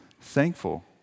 thankful